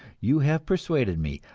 you have persuaded me.